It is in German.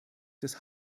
des